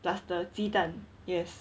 plus the 鸡蛋 yes